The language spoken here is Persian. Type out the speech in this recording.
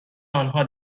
آنها